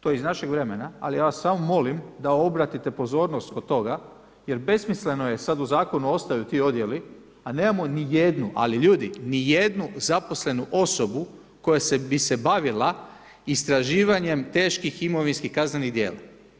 To iz našeg vremena, ali ja vas samo molim da obratite pozornost oko toga jer besmisleno je sad u zakonu ostali ti odjeli, a nemamo ni jednu, ali ljudi, ni jednu zaposlenu osobu koja bi se bavila istraživanjem teških imovinskih kaznenih djela.